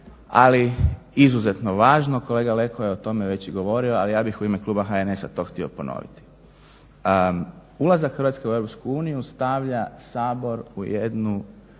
ali izuzetno važno, kolega Leko je o tome već i govorio ali ja bih u ime kluba HNS-a to htio ponoviti. Ulazak Hrvatske u EU stavlja Sabor u jednu